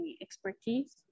expertise